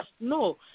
no